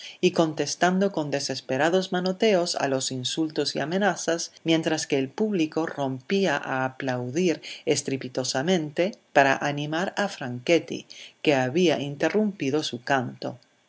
y contestando con desesperados manoteos a los insultos y amenazas mientras que el público rompía a aplaudir estrepitosamente para animar a franchetti que había interrumpido su canto en